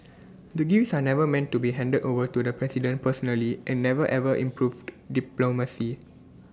the gifts are never meant to be handed over to the president personally and never ever improved diplomacy